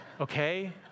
okay